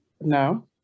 No